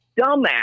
dumbass